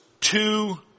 two